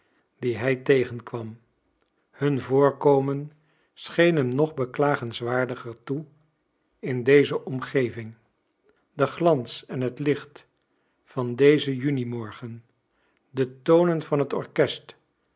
die hij tegenkwam hun voorkomen scheen hem nog beklagenswaardiger toe in deze omgeving de glans en het licht van dezen junimorgen de tonen van het orkest